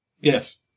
Yes